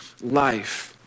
life